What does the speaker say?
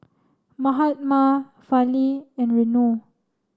Mahatma Fali and Renu